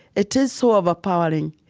it is so overpowering.